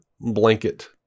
blanket